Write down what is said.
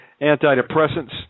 antidepressants